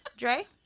Dre